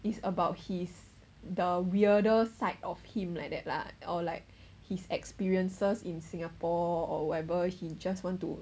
it's about his the weirder side of him like that lah or like his experiences in singapore or whatever he just want to